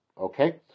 okay